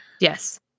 Yes